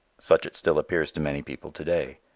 such it still appears to many people to-day.